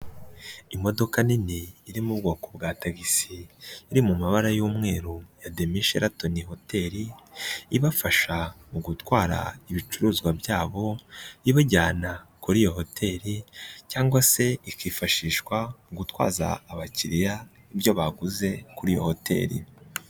Imodoka nini iri mu bwoko bwa tagisi. Iri mu mabara y'umweru ya Demi Sheratoni hoteli. Ibafasha mu gutwara ibicuruzwa byabo ibajyana kuri iyo hoteli cyangwa se ikifashishwa gutwaza abakiriya ibyo baguze kuri iyo hoteli.